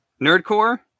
Nerdcore